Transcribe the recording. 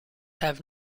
have